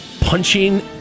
Punching